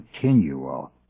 continual